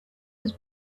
was